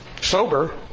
Sober